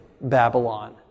Babylon